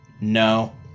No